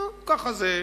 נו, ככה זה,